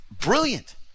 brilliant